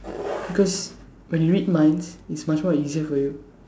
because when you read minds it's much more easier for you